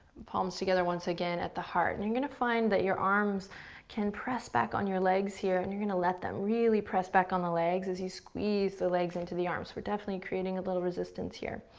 palms together once again, at the heart. and you're gonna find that your arms can press back on your legs here, and you're gonna let them really press back on the legs as you squeeze the legs into the arms. we're definitely creating a little resistance here.